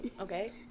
Okay